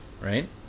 right